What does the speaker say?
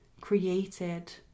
created